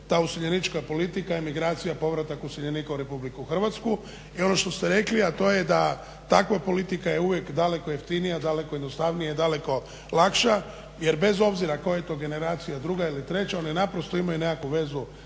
ta useljenička politika i emigracija povratak iseljenika u RH. i ono što ste rekli to je da takva politika je uvijek daleko jeftinija daleko jednostavnija i daleko lakša jer bez obzira koja je to generacija druga ili treća one imaju nekakvu vezu